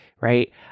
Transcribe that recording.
right